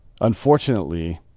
Unfortunately